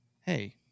hey